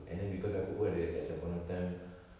and then because aku pun ada at some point of time